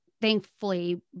thankfully